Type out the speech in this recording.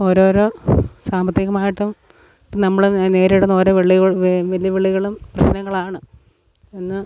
ഓരോരോ സാമ്പത്തികമായിട്ടും ഇപ്പം നമ്മൾ നേരിടുന്ന ഓരോ വെള് വെല്ലുവിളികളും പ്രശ്നങ്ങളാണ് ഇന്ന്